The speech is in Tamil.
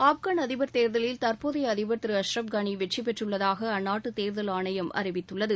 ஆப்கான் அதிபர் தேர்தலில் தற்போதைய அதிபர் திரு அஷ்ரப் கனி வெற்றிபெற்றுள்ளதாக அந்நாட்டு தேர்தல் ஆணையம் அறிவித்துள்ளது